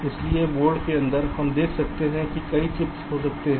इसलिए बोर्ड के अंदर हम देख सकते हैं कि कई चिप्स हो सकते हैं